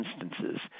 instances